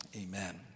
amen